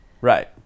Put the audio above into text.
Right